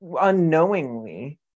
unknowingly